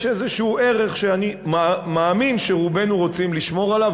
איזשהו ערך שאני מאמין שרובנו רוצים לשמור עליו,